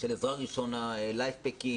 עזרה ראשונה, Life Pack,